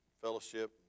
fellowship